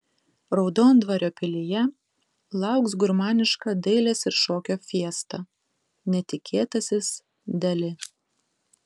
raudondvario pilyje lauks gurmaniška dailės ir šokio fiesta netikėtasis dali